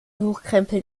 hochkrempeln